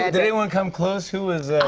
ah did anyone come close? who was oh,